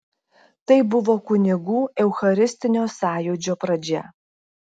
tai buvo kunigų eucharistinio sąjūdžio pradžia